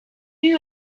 you